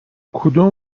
کدوم